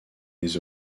des